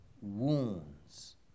wounds